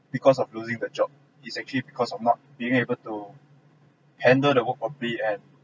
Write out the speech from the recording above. because of losing the job is actually because of not being able to handle the work properly and